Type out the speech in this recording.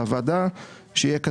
כמובן שאני מביא בפני הוועדה אישור